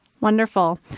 Wonderful